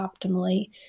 optimally